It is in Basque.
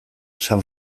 san